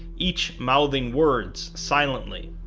each mouthing words silently.